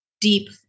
deep